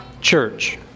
church